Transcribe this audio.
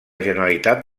generalitat